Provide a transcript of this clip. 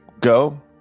go